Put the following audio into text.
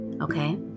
Okay